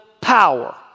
power